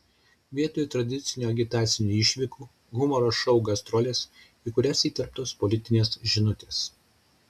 vietoj tradicinių agitacinių išvykų humoro šou gastrolės į kurias įterptos politinės žinutės